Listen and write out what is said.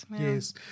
Yes